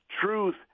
Truth